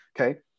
okay